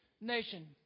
nation